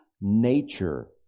nature